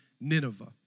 Nineveh